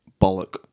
bollock